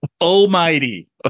almighty